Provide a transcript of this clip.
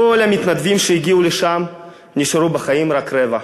מכל המתנדבים שהגיעו לשם נשארו בחיים רק רבע.